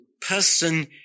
person